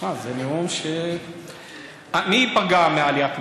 שמע, זה נאום, מי ייפגע מעליית המחירים?